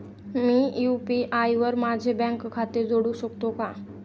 मी UPI वर माझे bank खाते जोडू शकतो का?